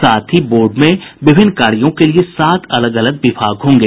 साथ ही बोर्ड में विभिन्न कार्यो के लिये सात अलग अलग विभागहोंगें